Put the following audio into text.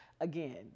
again